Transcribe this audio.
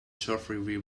geoffrey